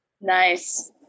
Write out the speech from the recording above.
nice